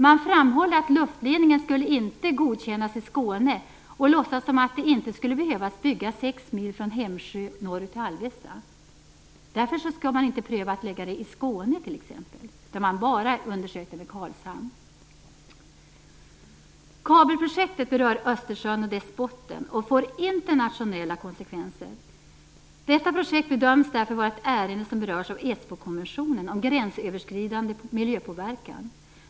Man framhåller att luftledningen inte skulle godkännas i Skåne och låtsas som om den inte skulle behöva byggas sex mil från Hemsjö norrut mot Alvesta. Därför skall man inte pröva att förlägga den till Skåne t.ex., utan man undersöker denna möjlighet bara i Karlshamn. Kabelprojektet berör Östersjön och dess botten och får internationella konsekvenser. Detta projekt bedöms därför vara ett ärende som berörs av Esbokonventionen om gränsöverskridande miljöpåverkan.